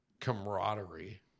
camaraderie